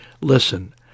Listen